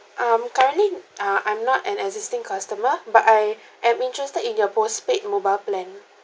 um currently uh I'm not an existing customer but I am interested in your postpaid mobile plan